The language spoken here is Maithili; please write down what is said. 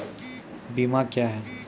बीमा क्या हैं?